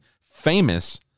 famous